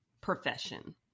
profession